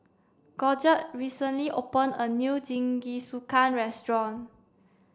Georgette recently opened a new Jingisukan restaurant